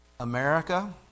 America